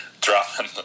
dropping